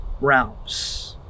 realms